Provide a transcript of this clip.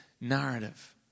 narrative